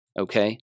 okay